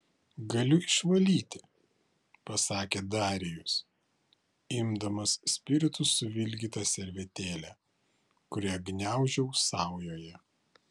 galiu išvalyti pasakė darijus imdamas spiritu suvilgytą servetėlę kurią gniaužiau saujoje